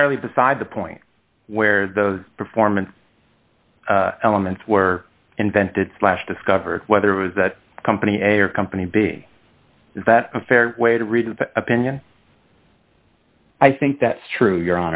entirely beside the point where the performance elements were invented slash discovered whether it was that company a or company b is that a fair way to read an opinion i think that's true you